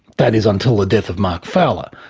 that is until the death of mark fowler,